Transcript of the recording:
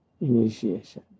Initiation